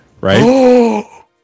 right